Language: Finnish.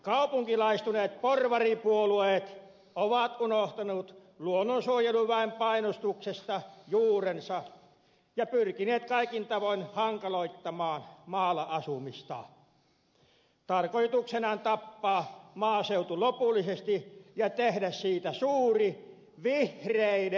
kaupunkilaistuneet porvaripuolueet ovat unohtaneet luonnonsuojeluväen painostuksesta juurensa ja pyrkineet kaikin tavoin hankaloittamaan maalla asumista tarkoituksenaan tappaa maaseutu lopullisesti ja tehdä siitä suuri vihreiden ulkoilmamuseo